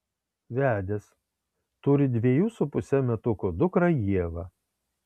vedęs turi dviejų su puse metukų dukrą ievą